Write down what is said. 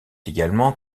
également